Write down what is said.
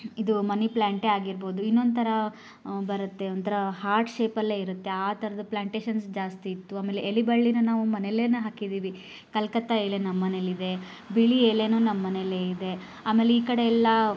ಇದು ಮನಿ ಪ್ಲ್ಯಾಂಟೇ ಆಗಿರ್ಬೋದು ಇನ್ನೊಂದು ಥರ ಬರುತ್ತೆ ಒಂದು ಥರ ಹಾರ್ಟ್ ಶೇಪಲ್ಲೇ ಇರುತ್ತೆ ಆ ಥರದ ಪ್ಲ್ಯಾಂಟೇಷನ್ಸ್ ಜಾಸ್ತಿ ಇತ್ತು ಆಮೇಲೆ ಎಲೆ ಬಳ್ಳಿನ ನಾವು ಮನೆಯಲ್ಲೇನೆ ಹಾಕಿದ್ದೀವಿ ಕಲ್ಕತ್ತ ಎಲೆ ನಮ್ಮನೇಲಿ ಇದೆ ಬಿಳಿ ಎಲೆಯೂ ನಮ್ಮನೇಲೆ ಇದೆ ಆಮೇಲೆ ಈ ಕಡೆ ಎಲ್ಲ